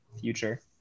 future